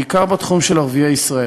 בעיקר בתחום של ערביי ישראל.